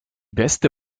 beste